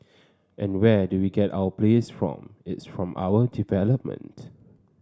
and where do we get our players from it's from our development